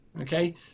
okay